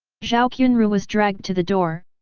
zhao qianru was dragged to the door,